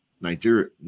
Nigeria